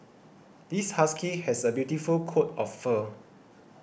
this husky has a beautiful coat of fur